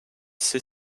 six